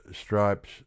stripes